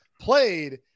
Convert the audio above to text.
played